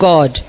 God